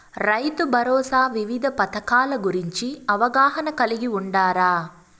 రైతుభరోసా వివిధ పథకాల గురించి అవగాహన కలిగి వుండారా?